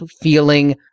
feeling